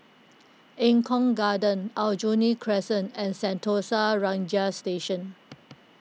Eng Kong Garden Aljunied Crescent and Sentosa Ranger Station